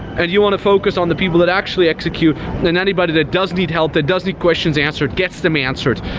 and you want to focus on the people that actually execute and and anybody that does need help, that does need questions answered gets them answered.